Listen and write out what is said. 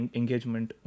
engagement